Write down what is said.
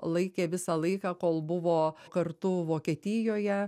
laikė visą laiką kol buvo kartu vokietijoje